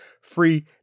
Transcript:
Free